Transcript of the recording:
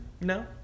No